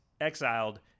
exiled